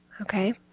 Okay